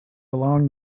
along